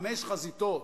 בחמש חזיתות,